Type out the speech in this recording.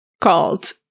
called